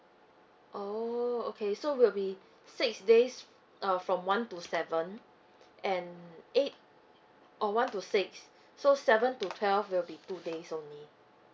oh okay so it'll be six days uh from one to seven and eight or one to six so seven to twelve will be two days only